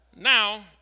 Now